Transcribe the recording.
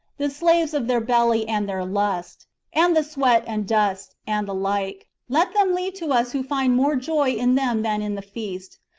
the slaves of their belly and their lust and the sweat and dust, and the like, let them leave to us who find more joy in them than in the feast.